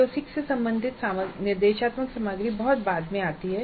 CO6 से संबंधित निर्देशात्मक सामग्री बहुत बाद में आती है